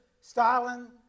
Stalin